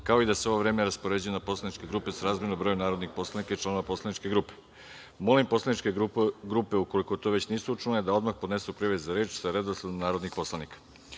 kao i da se ovo vreme raspoređuje na poslaničke grupe srazmerno broju narodnih poslanika i članova poslaničkih grupa. Molim poslaničke grupe, ukoliko to već nisu učinile, da odmah podnesu prijave za reč sa redosledom narodnih poslanika. Saglasno